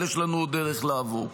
אבל יש לנו דרך לעבור.